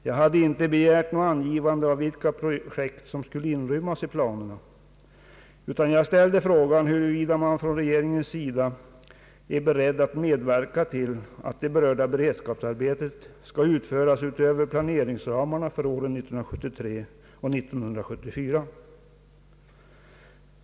Jag hade inte begärt något angivande av vilka projekt som skulle inrymmas i planerna, utan jag ställde frågan huruvida man från regeringens sida är beredd att medverka till att det berörda beredskapsarbetet skall utföras utöver planeringsramarna för åren 1973 och 1974.